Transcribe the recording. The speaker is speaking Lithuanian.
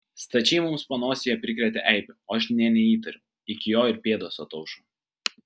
stačiai mums panosėje prikrėtę eibių o aš nė neįtariau iki jo ir pėdos ataušo